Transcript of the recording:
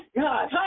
God